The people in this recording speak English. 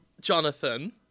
Jonathan